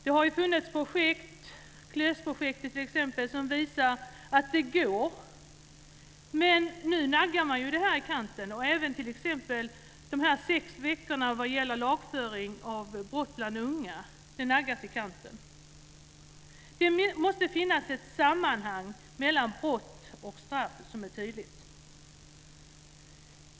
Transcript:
Det har funnits projekt, t.ex. KLÖS projektet, som visar att det går. Men nu naggar man ju detta i kanten. Det gäller även t.ex. de sex veckorna vad gäller lagföring av brott bland unga. Det måste finnas ett sammanhang mellan brott och straff som är tydligt.